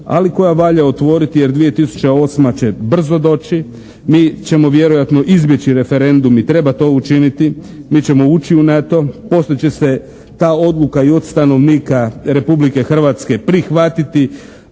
ali koja valja otvoriti jer 2008. će brzo doći. Mi ćemo vjerojatno izbjeći referendum i treba to učiniti. Mi ćemo ući u NATO. Poslije će se ta odluka i od stanovnika Republike Hrvatske prihvatiti,